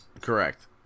Correct